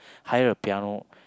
hire a piano